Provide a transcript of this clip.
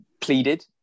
pleaded